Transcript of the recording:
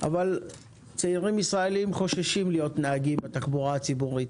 אבל צעירים ישראלים חוששים להיות נהגים בתחבורה הציבורית.